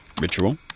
ritual